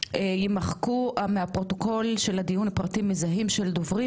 יימחקו מהפרוטוקול של הדיון פרטים מזהים של דוברים,